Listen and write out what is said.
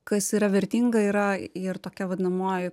kas yra vertinga yra ir tokia vadinamoji